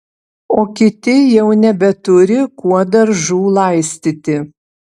o kiti jau nebeturi kuo daržų laistyti